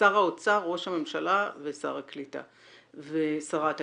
שר האוצר, ראש הממשלה ושרת הקליטה.